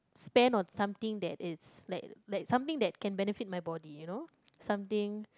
spend on something that is like like something that can benefit my body you know something